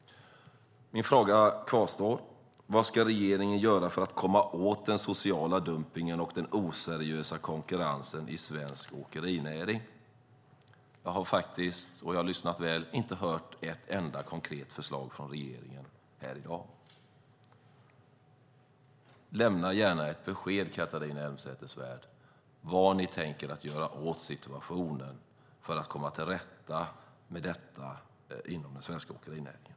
Min fråga kvarstår: Vad ska regeringen göra för att komma åt den sociala dumpningen och den oseriösa konkurrensen i svensk åkerinäring? Jag har inte hört ett enda konkret förslag från regeringen. Lämna gärna ett besked, Catharina Elmsäter-Svärd, om vad ni tänker göra för att komma till rätta med detta inom den svenska åkerinäringen.